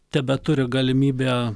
tebeturi galimybę